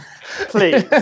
Please